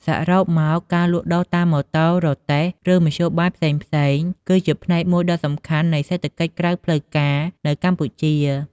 សរុបមក ការលក់ដូរតាមម៉ូតូ រទេះ ឬមធ្យោបាយផ្សេងៗ គឺជាផ្នែកមួយដ៏សំខាន់នៃសេដ្ឋកិច្ចក្រៅផ្លូវការនៅកម្ពុជា។